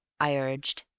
i urged.